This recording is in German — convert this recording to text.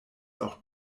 auch